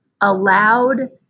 allowed